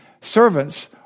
servants